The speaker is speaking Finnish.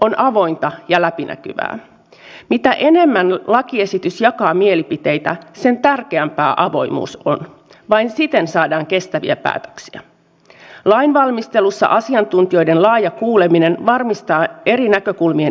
ymmärrän puheaikarajoitukset ja että ministerillä ei ollut aikaa vastata kaikkiin kysymyksiin mutta tämä kysymys ruotsin ja suomen uudesta syvästä yhteistyöstä on kyllä sellainen joka vaatii vastauksen